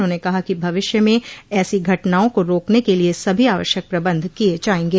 उन्होंने कहा कि भविष्य में ऐसी घटनाओं को रोकने के लिए सभी आवश्यक प्रबंध किए जाएंगे